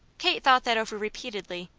kate thought that over repeatedly.